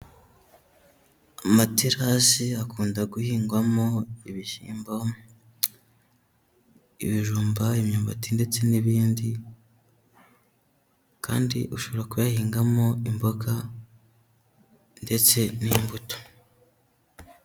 Amaterasi akunda guhingwamo ibishyimbo, ibijumba, imyumbati ndetse n'ibindi kandi ushobora kuyahingamo imboga ndetse n'imbuto.